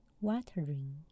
watering